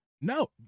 No